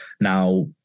now